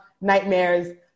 nightmares